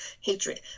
hatred